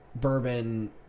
bourbon